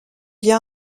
via